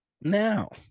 now